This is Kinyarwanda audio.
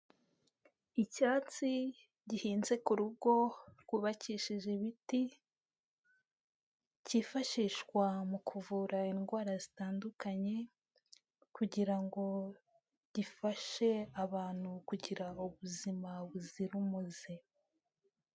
Icyatsi gihinze ku rugo rwubakishije ibiti, kifashishwa mu kuvura indwara zitandukanye kugira ngo gifashe abantu kugira ubuzima buzira umuze.